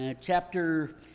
chapter